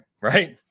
right